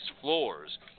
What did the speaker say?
floors